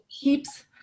keeps